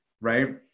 right